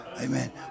amen